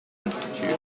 institute